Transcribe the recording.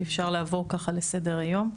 באמת אי אפשר לעבור ככה לסדר היום.